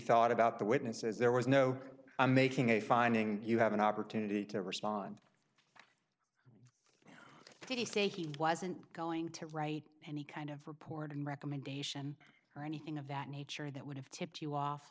thought about the witness says there was no i'm making a finding you have an opportunity to respond did he say he wasn't going to write any kind of report and recommendation or anything of that nature that would have tipped you off